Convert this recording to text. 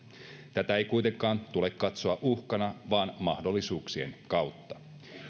tätä ei kuitenkaan tule katsoa uhkana vaan mahdollisuuksien kautta